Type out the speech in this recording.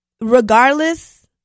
Regardless